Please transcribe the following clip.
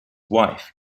wife